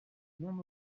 non